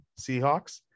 Seahawks